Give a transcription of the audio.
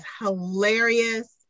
hilarious